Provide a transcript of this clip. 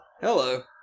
Hello